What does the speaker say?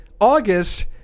August